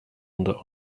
under